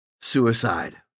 suicide